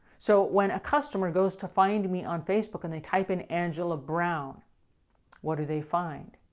so when a customer goes to find me on facebook, and they type in angela brown what do they find?